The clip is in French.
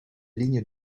lignes